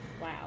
Wow